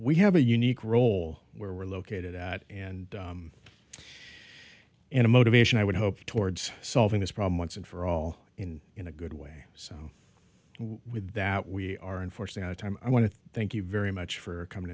we have a unique role where we're located at and in a motivation i would hope towards solving this problem once and for all in a good way so with that we are enforcing our time i want to thank you very much for coming